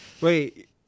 Wait